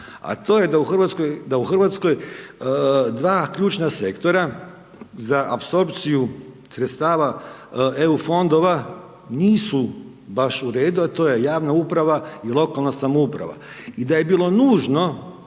a to je da u Hrvatskoj dva ključna sektora za apsorpciju sredstava Eu fondova nisu baš u redu a to je javna uprava i lokalna samouprava i da je bilo nužno